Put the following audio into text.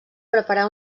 preparà